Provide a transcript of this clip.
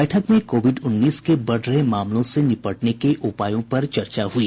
बैठक में कोविड उन्नीस के बढ़ रहे मामलों से निपटने के उपायों पर चर्चा हुई